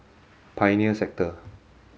Pioneer Sector